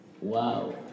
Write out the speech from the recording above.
Wow